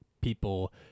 people